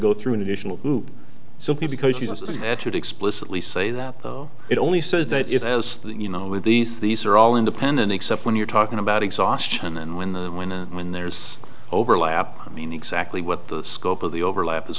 go through an additional hoop simply because she doesn't have to explicitly say that though it only says that it has that you know with these these are all independent except when you're talking about exhaustion and when the when and when there's overlap i mean exactly what the scope of the overlap is